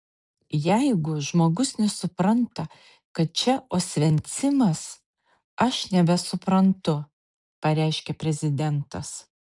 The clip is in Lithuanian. jeigu žmogus nesupranta kad čia osvencimas aš nebesuprantu pareiškė prezidentas